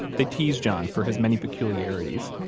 they tease john for his many peculiarities,